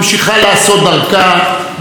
בחוכמה ובאחריות,